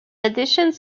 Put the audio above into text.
editions